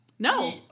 No